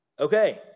Okay